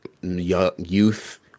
youth